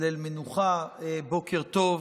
ליל מנוחה, בוקר טוב.